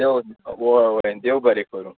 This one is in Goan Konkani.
देव हय हय देव बरें करूं